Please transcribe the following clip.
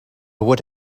would